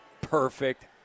perfect